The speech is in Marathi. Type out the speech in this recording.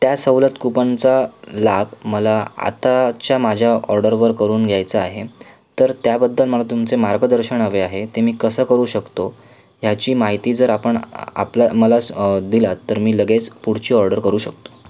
त्या सवलत कूपनचा लाभ मला आताच्या माझ्या ऑर्डरवर करून घ्यायचा आहे तर त्याबद्दल मला तुमचे मार्गदर्शन हवे आहे ते मी कसं करू शकतो याची माहिती जर आपण आपल्या मला स दिलात तर मी लगेच पुढची ऑर्डर करू शकतो